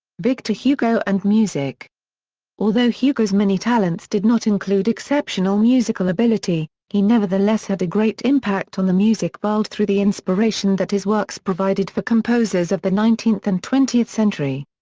victor hugo and music although hugo's many talents did not include exceptional musical ability, he nevertheless had a great impact on the music world through the inspiration that his works provided for composers of the nineteenth and twentieth century.